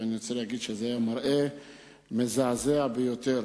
ואני רוצה להגיד שזה היה מראה מזעזע ביותר.